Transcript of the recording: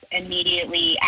immediately